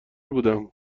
بودم